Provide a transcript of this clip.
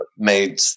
made